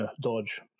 dodge